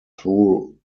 through